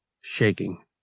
Shaking